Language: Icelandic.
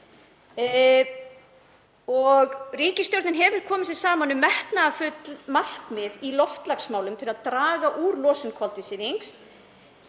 Ríkisstjórnin hefur komið sér saman um metnaðarfull markmið í loftslagsmálum til að draga úr losun koltvísýrings.